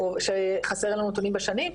שחסר לנו נתונים בשנים,